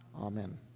Amen